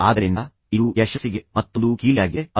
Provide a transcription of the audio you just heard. ಆದ್ದರಿಂದ ಅದನ್ನು ಮಧ್ಯದಲ್ಲಿ ಬಿಡಬೇಡಿ